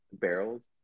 barrels